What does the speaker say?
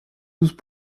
tous